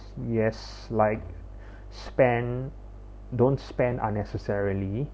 yes like spend don't spend unnecessarily